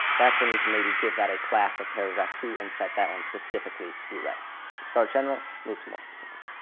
that's when we can maybe give that a class of paragraph two and set that one specifically to be red. so start general, move to more specific.